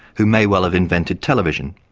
who may well have invented television,